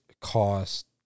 cost